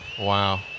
wow